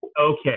okay